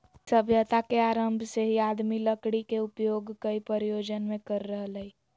सभ्यता के आरम्भ से ही आदमी लकड़ी के उपयोग कई प्रयोजन मे कर रहल हई